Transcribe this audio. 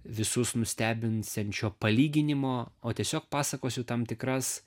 visus nustebinsiančio palyginimo o tiesiog pasakosiu tam tikras